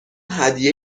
هدیه